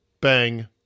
bang